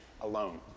alone